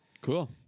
Cool